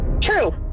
True